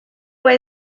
fue